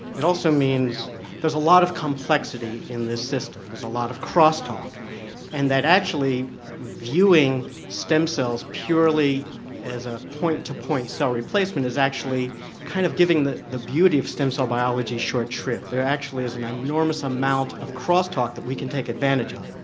it also means there's a lot of complexity in this system, there's a lot of cross talk and that actually viewing stem cells purely as a point to point cell replacement is actually kind of giving the the beauty of stem cell biology short shrift. there actually is an enormous amount of cross talk that we can take advantage of.